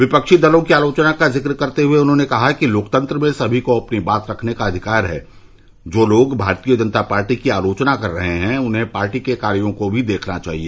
विपक्षी दलों की आलोचना का ज़िक्र करते हुए उन्होंने कहा कि लोकतंत्र में सभी को अपनी बात रखने का अधिकार है जो लोग भारतीय जनता पार्टी की आलोचना कर रहे हैं उन्हें पार्टी के कार्यो को भी देखना चाहिए